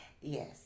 Yes